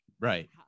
right